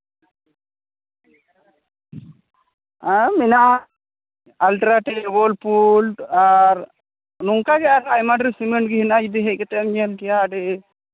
ᱟᱨ ᱢᱮᱱᱟᱜᱼᱟ ᱟᱞᱴᱨᱟᱴᱮᱠ ᱳᱞᱯᱩᱞᱰ ᱟᱨ ᱱᱚᱝᱠᱟ ᱜᱮ ᱟᱭᱢᱟ ᱰᱷᱮᱨ ᱥᱤᱢᱮᱱᱴ ᱜᱮ ᱦᱮᱱᱟᱜᱼᱟ ᱡᱩᱫᱤ ᱦᱮᱡ ᱠᱟᱛᱮᱫ ᱮᱢ ᱧᱮᱞ ᱠᱮᱭᱟ ᱟᱹᱰᱤ